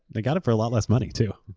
they got it for a lot less money, too.